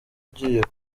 ugiye